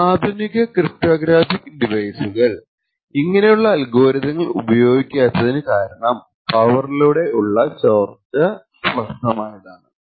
പല ആധുനിക ക്രിപ്റ്റോഗ്രാഫിക് ഡിവൈസുകൾ ഇങ്ങനെയുള്ള അൽഗോരിതങ്ങൾ ഉപയോഗിക്കാത്തതിന് കാരണം പവറിലൂടെ ഉള്ള ചോർച്ച സ്പഷ്ടമായതാണ്